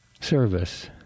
service